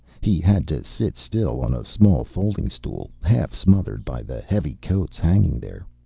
he had to sit still on a small folding stool, half smothered by the heavy coats hanging there.